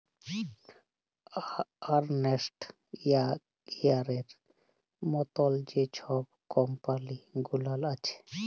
আর্লেস্ট ইয়াংয়ের মতল যে ছব কম্পালি গুলাল আছে